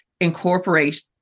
incorporate